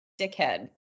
dickhead